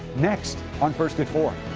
next on first at four.